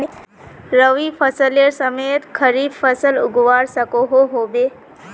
रवि फसलेर समयेत खरीफ फसल उगवार सकोहो होबे?